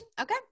Okay